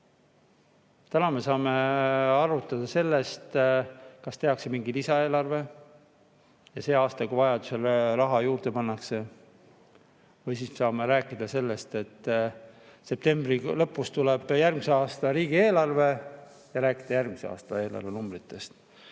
Täna me saame arutada selle üle, kas tehakse mingi lisaeelarve sel aastal, kui vajadusel raha juurde pannakse. Või siis saame rääkida sellest, et septembri lõpus tuleb järgmise aasta riigieelarve ja räägime järgmise aasta eelarvenumbritest.